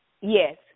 Yes